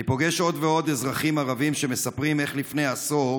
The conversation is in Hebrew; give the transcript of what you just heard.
אני פוגש עוד ועוד אזרחים ערבים שמספרים איך לפני עשור